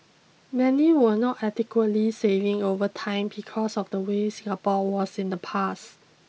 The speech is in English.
many were not adequately saving over time because of the way Singapore was in the past